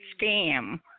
scam